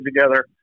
together